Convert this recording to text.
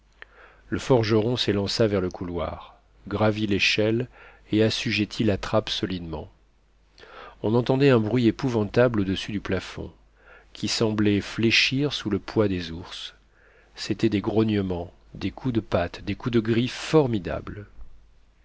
le forgeron s'élança vers le couloir gravit l'échelle et assujettit la trappe solidement on entendait un bruit épouvantable au-dessus du plafond qui semblait fléchir sous le poids des ours c'étaient des grognements des coups de pattes des coups de griffes formidables